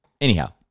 Anyhow